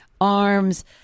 arms